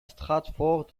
stratford